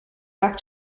back